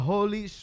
Holy